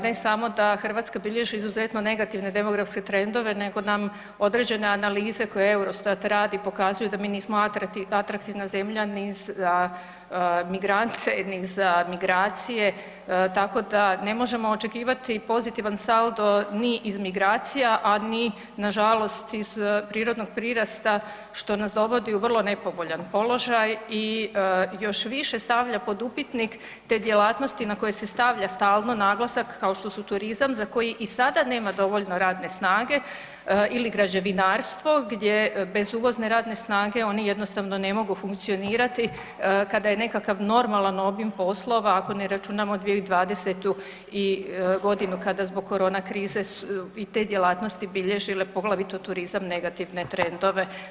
Ne samo da Hrvatska bilježi izuzetno negativne demografske trendove, nego nam određene analize koje EUROSTAT radi pokazuju da mi nismo atraktivna zemlja ni za migrante, ni za migracije tako da ne možemo očekivati pozitivan saldo ni iz migracija, a ni na žalost iz prirodnog prirasta što nas dovodi u vrlo nepovoljan položaj i još više stavlja pod upitnik te djelatnosti na koje se stavlja stalno naglasak kao što su turizam za koji i sada nema dovoljno radne snage ili građevinarstvo gdje bez uvozne radne snage oni jednostavno ne mogu funkcionirati kada je nekakav normalan obim poslova ako ne računamo 2020. godinu kada zbog corona krize i te djelatnosti bilježile poglavito turizam negativne trendove.